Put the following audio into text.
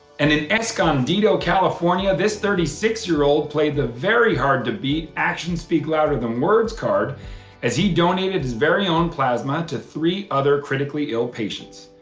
and in escondido, california, this thirty six year old played the very hard to beat actions speak louder than words card as he donated his very own plasma to three other critically ill patients,